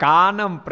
Kanam